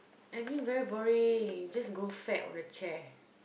admin very boring just grow fat on the chair